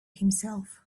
himself